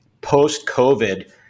post-COVID